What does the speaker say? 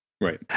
right